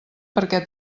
perquè